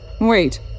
Wait